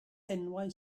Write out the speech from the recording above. enwau